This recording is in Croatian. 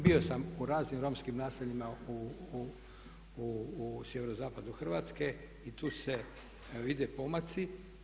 Bio sam u raznim romskim naseljima u sjeverozapadu Hrvatske i tu se vide pomaci.